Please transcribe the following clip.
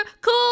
cool